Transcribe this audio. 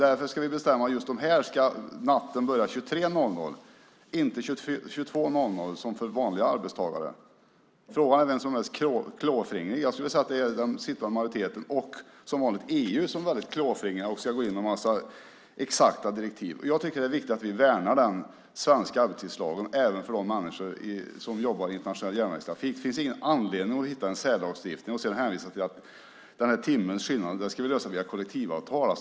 Därför ska vi bestämma att för just dessa ska natten börja 23.00 och inte 22.00 som för vanliga arbetstagare. Frågan är vem som är mest klåfingrig. Jag skulle vilja säga att det är den sittande majoriteten och som vanligt EU som är väldigt klåfingriga och ska gå in med en massa exakta direktiv. Jag tycker att det är viktigt att vi värnar den svenska arbetstidslagen även för människor som jobbar i internationell järnvägstrafik. Det finns ingen anledning att ta fram en särlagstiftning och sedan hänvisa till att vi ska lösa den här skillnaden på en timme via kollektivavtal.